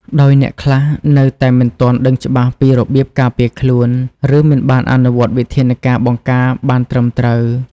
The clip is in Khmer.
ដោយអ្នកខ្លះនៅតែមិនទាន់ដឹងច្បាស់ពីរបៀបការពារខ្លួន ឬមិនបានអនុវត្តវិធានការបង្ការបានត្រឹមត្រូវ។